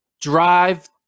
drive